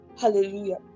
hallelujah